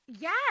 Yes